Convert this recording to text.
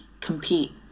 compete